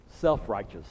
self-righteous